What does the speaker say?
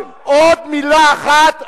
היא לא מחוץ לחוק,